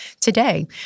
Today